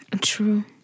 True